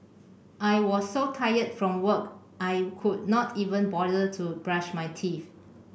I was so tired from work I could not even bother to brush my teeth